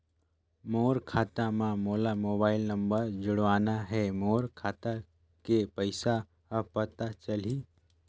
मोर खाता मां मोला मोबाइल नंबर जोड़वाना हे मोर खाता के पइसा ह पता चलाही?